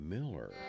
Miller